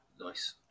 nice